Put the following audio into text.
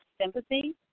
sympathy